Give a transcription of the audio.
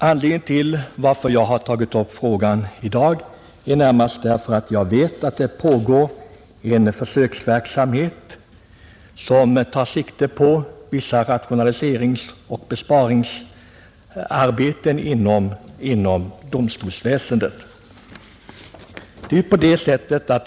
Anledningen till att jag tagit upp frågan nu är närmast den att jag vet att det pågår en försöksverksamhet som tar sikte på vissa rationaliseringsoch besparingsarbeten inom domstolsväsendet.